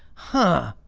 huh,